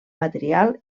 material